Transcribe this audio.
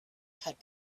had